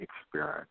experience